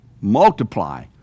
multiply